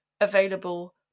available